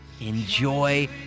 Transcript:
enjoy